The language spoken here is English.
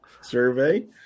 Survey